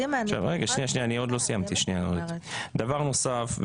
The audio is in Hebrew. דבר נוסף,